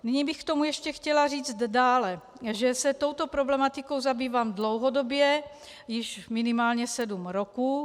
Nyní bych k tomu ještě chtěla říct dále, že se touto problematikou zabývám dlouhodobě, již minimálně sedm roků.